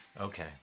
Okay